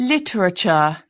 Literature